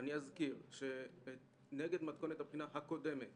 אזכיר שנגד מתכונת הבחינה הקודמת